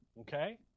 Okay